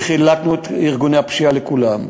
וחילקנו את הטיפול בארגוני הפשיעה בין כולם.